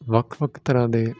ਵੱਖ ਵੱਖ ਤਰ੍ਹਾਂ ਦੇ